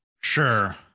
Sure